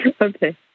Okay